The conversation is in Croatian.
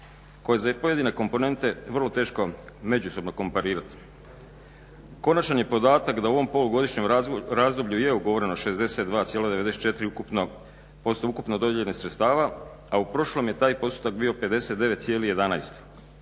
koje je za pojedine komponente vrlo teško međusobno komparirati. Konačan je podatak da u ovom polugodišnjem razdoblju je ugovoreno 62,94% ukupno dodijeljenih sredstava, a u prošlom je taj postotak bio 59,11.